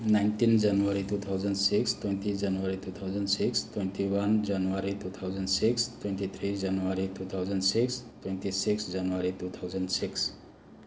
nineteen January two thousand six twenty January two thousand six twenty one January two thousand six twenty three January two thousand six twenty six January two thousand six